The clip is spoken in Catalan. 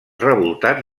revoltats